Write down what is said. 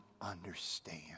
understand